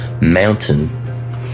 mountain